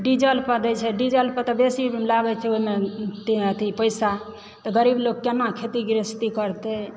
diesel पर दै छै डीजल पर तऽ बेसी लागै छै ओहिमे अथी पैसा तऽ गरीब लोक केना खेती गृहस्थी करतै